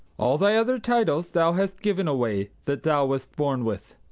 all thy other titles thou hast given away that thou wast born with.